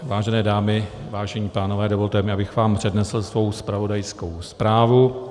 Vážené dámy, vážení pánové, dovolte mi, abych vám přednesl svou zpravodajskou zprávu.